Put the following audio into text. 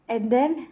and then